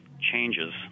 changes